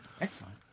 Excellent